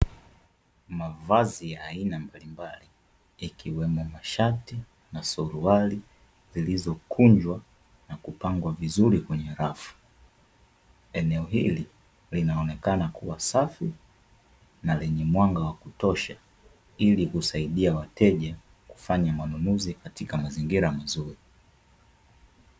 Mavazi ya aina mbalimbali ikiwemo mashati na suruali zilizokunjwa na kupangwa vizuri kwenye rafu. Eneo hili linaonekana kuwa safi na lenye mwanga wa kutosha ili kusaidia wateja kufanya manunuzi katika mazingira mazuri.